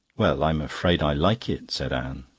well, i'm afraid i like it, said anne.